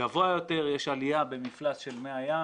יש עלייה במפלס של מי הים.